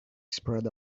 spread